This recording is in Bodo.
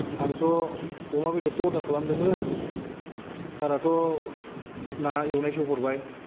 आंथ' अमा बेदरसो अर्दार खालामदोंमोन सारआथ' ना एवनायसो हरबाय